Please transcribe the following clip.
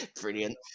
brilliant